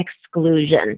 exclusion